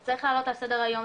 זה צריך לעלות על סדר היום,